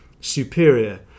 superior